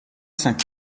cinq